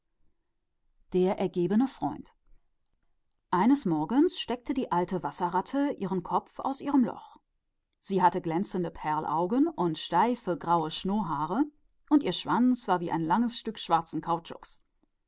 der ergebene freund eines morgens steckte der alte wasserratz den kopf aus seinem loch heraus er hatte kleine runde glänzende augen und einen steifen grauen schnurrbart und sein schwanz war ein langes stück schwarzer kautschuk